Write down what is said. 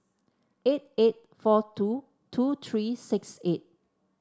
eight eight four two two three six eight